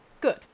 Good